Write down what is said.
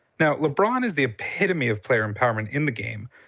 now lebron is the epitome of player empowerment in the game.